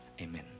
Amen